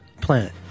planet